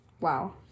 wow